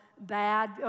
bad